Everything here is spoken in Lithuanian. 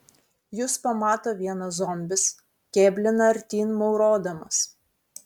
jus pamato vienas zombis kėblina artyn maurodamas